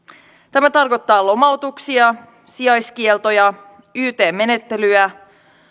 tämä tarkoittaa lomautuksia sijaiskieltoja yt menettelyjä